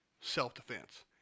Self-defense